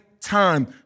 time